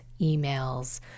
emails